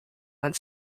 went